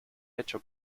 hecho